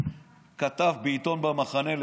כתב בעיתון במחנה.